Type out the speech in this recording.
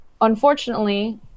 unfortunately